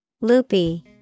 Loopy